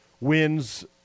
wins